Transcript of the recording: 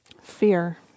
Fear